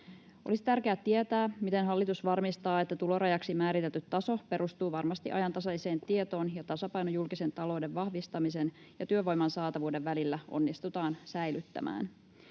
Olisi tärkeää tietää, miten hallitus varmistaa, että tulorajaksi määritelty taso perustuu varmasti ajantasaiseen tietoon ja tasapaino julkisen talouden vahvistamisen ja työvoiman saatavuuden välillä onnistutaan säilyttämään.